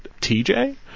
TJ